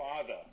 father